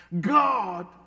God